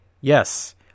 Yes